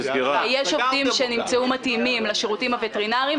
יש עובדים שנמצאו מתאימים לשירותים הווטרינריים,